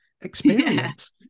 experience